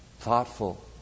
thoughtful